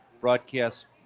Broadcast